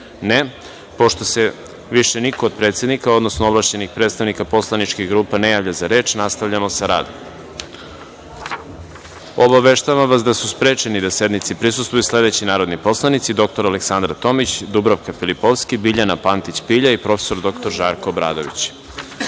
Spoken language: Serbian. (Ne)Pošto se više niko od predsednika, odnosno ovlašćenih predstavnika poslaničkih grupa ne javlja za reč, nastavljamo sa radom. Obaveštavamo vas da su sprečeni da sednici prisustvuju sledeći narodni poslanici: Doktor Aleksandra Tomić, Dubravka Filipovski, Biljana Pantić Pilja i profesor doktor Žarko